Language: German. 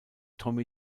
tommy